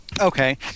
Okay